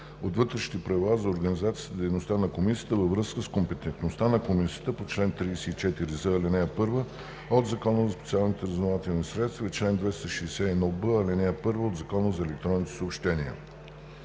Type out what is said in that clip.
от Вътрешните правила за организацията и дейността на Комисията, във връзка с компетентността на Комисията по чл. 34з, ал. 1 от Закона за специалните разузнавателни средства и чл. 2616, ал. 1 от Закона за електронните съобщения.